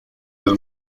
del